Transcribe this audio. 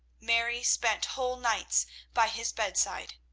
mary spent whole nights by his bedside.